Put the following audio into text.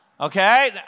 Okay